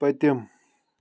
پٔتِم